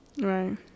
Right